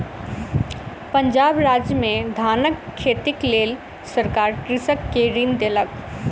पंजाब राज्य में धानक खेतीक लेल सरकार कृषक के ऋण देलक